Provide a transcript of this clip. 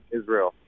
Israel